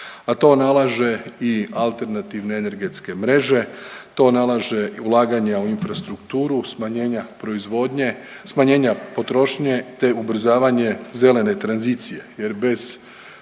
a to nalaže i alternativne energetske mreže, to nalaže i ulaganja u infrastrukturu, smanjenja potrošnje te ubrzavanje zelene tranzicije. Jer bez